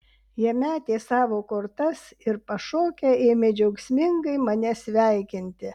jie metė savo kortas ir pašokę ėmė džiaugsmingai mane sveikinti